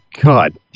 god